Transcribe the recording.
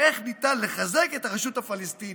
ואיך ניתן לחזק את הרשות הפלסטינית.